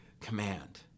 command